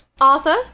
Arthur